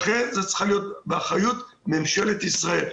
לכן זה צריך להיות באחריות ממשלת ישראל.